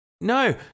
No